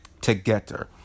together